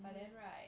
but then right